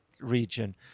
region